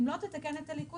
אם לא תתקן את הליקויים,